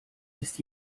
ist